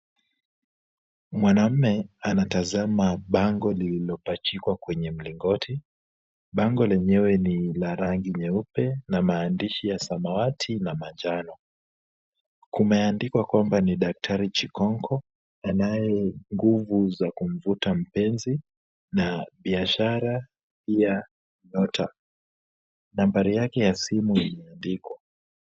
Mwanamume anatazama bango lililopachikwa kwenye mlingoti. Bango lenyewe ni la rangi nyeupe na maandishi ya samawati na manjano. Kumeandikwa kwamba ni daktari Chikonko, anaye nguvu za kumvuta mpenzi na biashara pia nyota. Nambari yake ya simu imeandikwa.